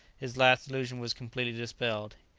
his last illusion was completely dispelled.